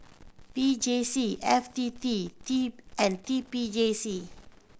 P J C F T T T and T P J C